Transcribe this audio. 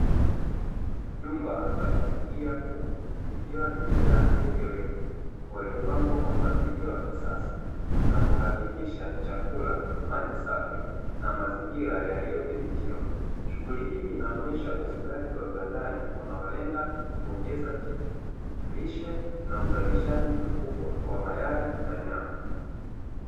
Jumba la kufugia kuku, likiwa limejaa ndege wengi waliopangwa kwa mpangilio wa kisasa, na kuhakikisha chakula, maji safi, na mazingira yaliyodhibitiwa, shughuli hii inaonyesha ufugaji wa viwandani unaolenga kuongeza tija, lishe na uzalishaji mkubwa wa mayai na nyama.